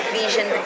vision